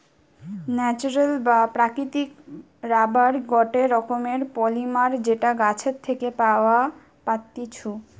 natural বা প্রাকৃতিক rubber গটে রকমের পলিমার যেটা গাছের থেকে পাওয়া পাত্তিছু